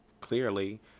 clearly